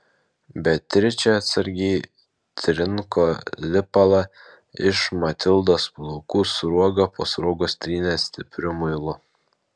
beatričė atsargiai trinko lipalą iš matildos plaukų sruogą po sruogos trynė stipriu muilu